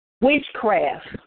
Witchcraft